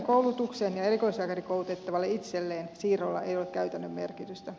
koulutukseen ja erikoislääkärikoulutettavalle itselleen siirrolla ei ole käytännön merkitystä